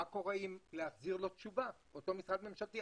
מה קורה עם תשובה מאותו משרד ממשלתי?